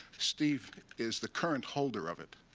steve is the current holder of it.